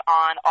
on